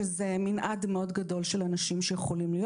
שזה מנעד מאוד גדול של אנשים שיכולים להיות.